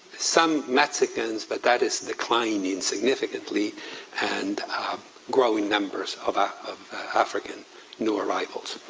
some mexicans, but that is declining significantly and growing numbers of ah of african new arrivals.